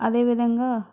అదేవిధంగా